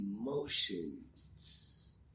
emotions